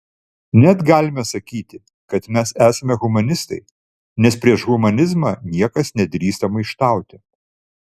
net galime sakyti kad mes esame humanistai nes prieš humanizmą niekas nedrįsta maištauti